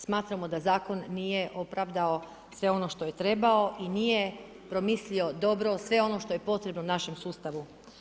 Smatramo da zakon nije opravdao sve ono što je trebao i nije promislio dobro sve ono što je potrebno našem sustavu.